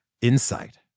insight